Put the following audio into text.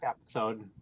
episode